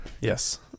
Yes